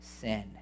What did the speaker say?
sin